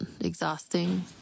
exhausting